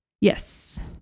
Yes